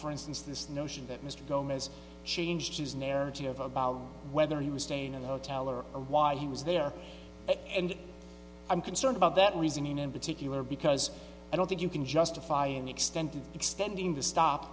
for instance this notion that mr gomez changed his narrative about whether he was staying in the hotel or why he was there and i'm concerned about that reasoning in particular because i don't think you can justify an extended extending the stop